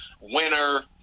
winner